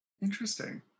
Interesting